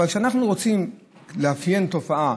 אבל כשאנחנו רוצים לאפיין תופעה,